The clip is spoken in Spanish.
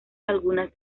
algunas